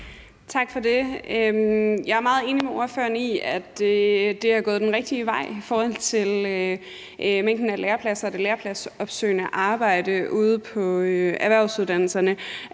Tak for det. Jeg er meget enig med ordføreren i, at det er gået den rigtige vej i forhold til mængden af lærepladser og det lærepladsopsøgende arbejde ude på erhvervsuddannelserne,